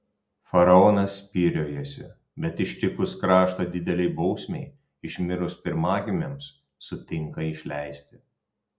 faraonas spyriojasi bet ištikus kraštą didelei bausmei išmirus pirmagimiams sutinka išleisti